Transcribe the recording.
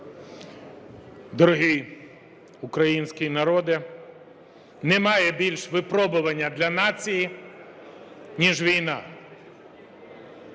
Дорогий український народе, немає більш випробування для нації ніж війна.